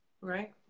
Right